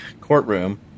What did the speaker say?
courtroom